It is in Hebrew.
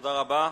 תודה רבה.